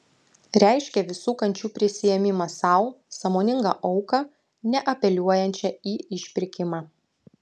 reiškia visų kančių prisiėmimą sau sąmoningą auką neapeliuojančią į išpirkimą